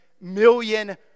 million